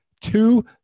two